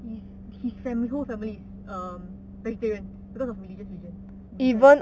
his his fam~ his whole family is err vegetarian because of religious reasons vegan